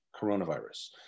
coronavirus